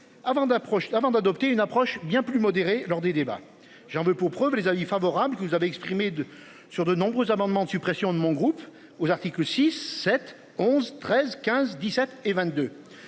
avant d'adopter une approche bien plus modéré lors des débats. J'en veux pour preuve les avis favorables que vous avez exprimé de sur de nombreux amendements de suppression de mon groupe aux articles 6 7 11 13 15 17 et 22.